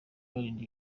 barinda